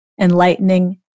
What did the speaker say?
enlightening